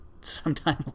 sometime